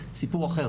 סיפור אחר.